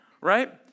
right